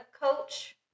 coach